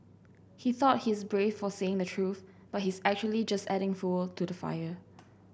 he thought he's brave for saying the truth but he's actually just adding fuel to the fire